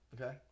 Okay